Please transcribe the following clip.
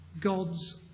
God's